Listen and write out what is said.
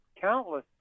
countless